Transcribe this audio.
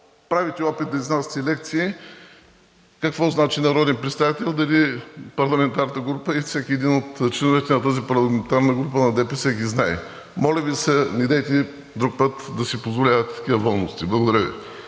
правите опит да изнасяте лекции – какво значи народен представител, дали парламентарната група и всеки един от членовете на тази парламентарна група на ДПС ги знае. Моля Ви се недейте друг път да си позволявате такива волности. Благодаря Ви.